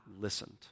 listened